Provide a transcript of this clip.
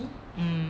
um